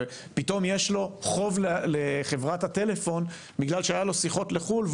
ופתאום יש לו חוב לחברת הטלפון בגלל שהיה לו שיחות לחו"ל,